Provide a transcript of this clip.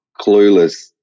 clueless